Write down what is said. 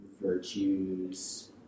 virtues